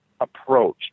approach